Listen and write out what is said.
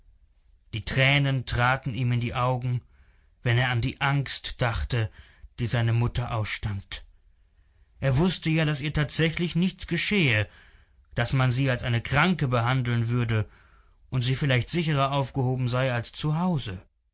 die tränen traten ihm in die augen wenn er an die angst dachte die seine mutter ausstand er wußte ja daß ihr tatsächlich nichts geschehe daß man sie als eine kranke behandeln würde und sie vielleicht sicherer aufgehoben sei als